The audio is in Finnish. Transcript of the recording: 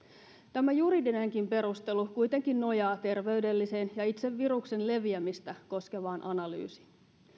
tämä juridinenkin perustelu kuitenkin nojaa terveydelliseen ja itse viruksen leviämistä koskevaan analyysiin